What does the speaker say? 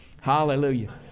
Hallelujah